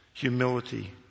humility